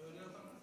אתה יודע אותם?